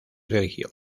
religión